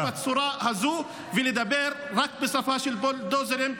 בצורה הזו ולדבר רק בשפה של בולדוזרים.